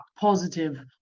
positive